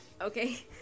Okay